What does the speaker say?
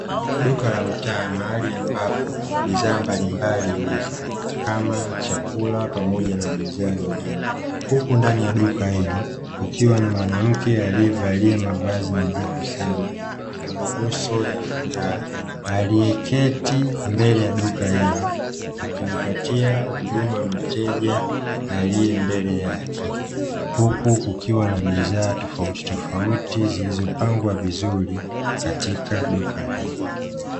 Duka la mtaa mahali ambapo bidhaa mbalimbali huuzwa, kama chakula pamoja na bidhaa nyingine. Huku ndani ya duka hilo kukiwa na mwanamke aliyevaa mavazi na jipu sana, mwenye nyuso ya furaha, aliyeketi mbele ya duka hilo akimpatia huduma mteja aliye mbele yake. Huku kukiwa na bidhaa tofauti tofauti zilizopangwa vizuri katika duka hilo.